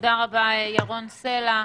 תודה רבה, ירון סלע.